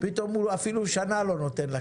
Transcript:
פתאום הוא אפילו שנה לא נותן.